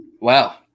wow